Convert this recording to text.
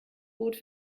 code